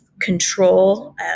control